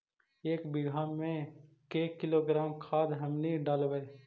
एक बीघा मे के किलोग्राम खाद हमनि डालबाय?